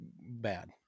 bad